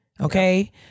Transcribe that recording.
Okay